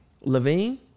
Levine